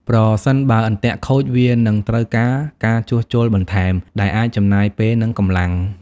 ប្រសិនបើអន្ទាក់ខូច វានឹងត្រូវការការជួសជុលបន្ថែម ដែលអាចចំណាយពេលនិងកម្លាំង។